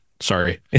sorry